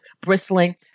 bristling